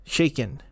Shaken